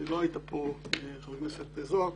כי לא היית פה חבר הכנסת מיקי זוהר,